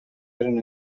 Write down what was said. eren